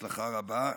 בהצלחה רבה.